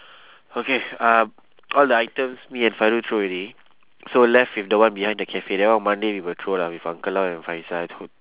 okay um all the items me and fairul throw already so left with the one behind the cafe that one on monday we will throw lah with uncle lau and faizah